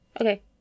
Okay